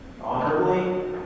honorably